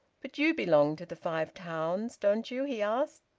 but you belong to the five towns, don't you? he asked.